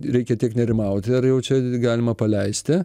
reikia tiek nerimauti ar jau čia galima paleisti